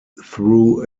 threw